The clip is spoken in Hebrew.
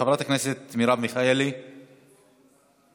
חברת הכנסת מרב מיכאלי, איננה.